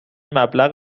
مبلغ